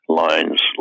lines